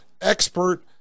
expert